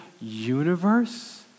universe